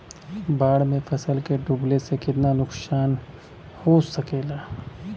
बाढ़ मे फसल के डुबले से कितना नुकसान हो सकेला?